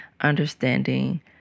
understanding